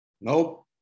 Nope